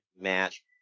match